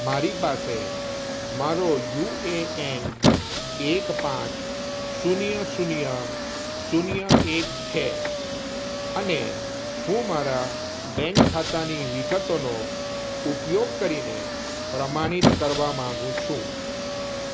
મારી પાસે મારો યુ એ એન એક પાંચ શૂન્ય શૂન્ય શૂન્ય એક છે અને હું મારા બેંક ખાતાની વિગતોનો ઉપયોગ કરીને પ્રમાણિત કરવા માગું છું